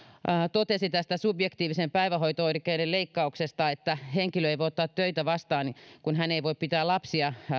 totesi tästä subjektiivisen päivähoito oikeuden leikkauksesta että henkilö ei voi ottaa töitä vastaan kun hän ei voi pitää lapsia